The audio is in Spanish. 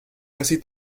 casi